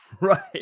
Right